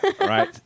Right